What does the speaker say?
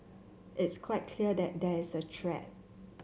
it's quite clear that there is a threat